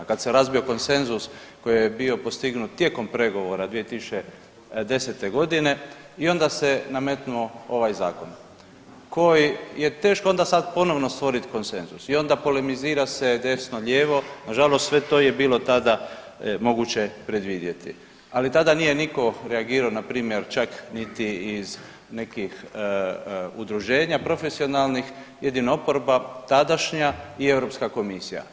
Kad se razbio konsenzus koji je bio postignut tijekom pregovora 2010. godine i onda se nametnuo ovaj Zakon, koji je teško onda sad ponovno stvoriti konsenzus i onda polemizira se desno, lijevo, nažalost to sve je bilo tada moguće predvidjeti, ali tada nije nitko reagirao, na primjer, čak niti iz nekih udruženja profesionalnih, jedino oporba tadašnja i Europska Komisija.